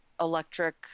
electric